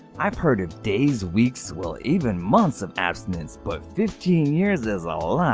i've heard of days, weeks, well, even months of abstinence, but fifteen years is ah a lot!